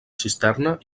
cisterna